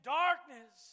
darkness